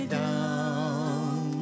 down